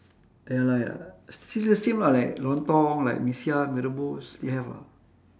ya lah ya lah still the same lah like lontong like mee siam mee rubus still have ah